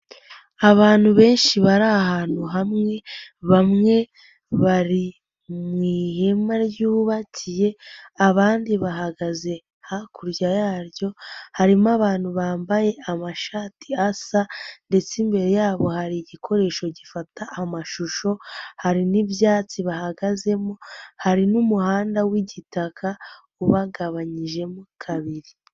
Abantu benshi bari ahantu hamwe, bamwe bari mu ihema ryubakiye, abandi bahagaze hakurya yabo harimo abantu bambaye amashati asa ndetse imbere yabo hari igikoresho gifata amashusho, hari n'ibyatsi bahagazemo hari n'umuhanda w'igitaka ubagabanyijemo kabiri.